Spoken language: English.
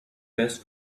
best